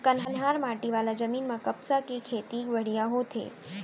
कन्हार माटी वाला जमीन म कपसा के खेती बड़िहा होथे